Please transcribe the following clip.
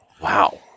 Wow